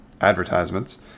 advertisements